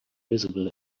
visible